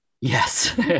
Yes